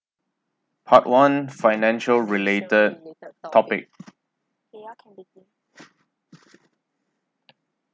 part one financial related topic